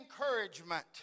encouragement